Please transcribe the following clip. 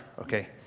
okay